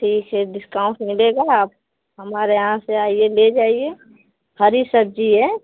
ठीक है डिस्काउंट मिलेगा आप हमारे यहाँ से आइए ले जाइए हरी सब्जी है